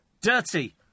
dirty